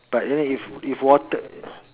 but then if if water